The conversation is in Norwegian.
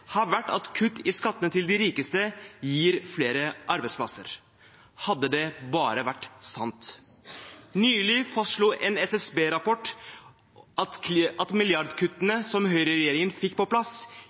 har vært at kutt i skattene til de rikeste gir flere arbeidsplasser. – Hadde det bare vært sant. Nylig fastslo en SSB-rapport at